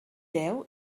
deu